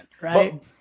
right